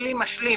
כלי משלים,